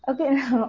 Okay